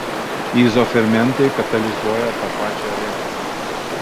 izofermentai katalizuoja tą pačią reakciją